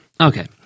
Okay